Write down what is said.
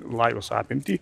lajos apimtį